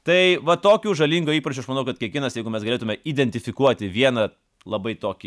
tai va tokių žalingų įpročių aš manau kad kiekvienas jeigu mes galėtume identifikuoti vieną labai tokį